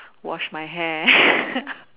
wash my hair